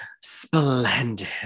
Splendid